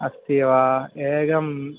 अस्ति वा एकं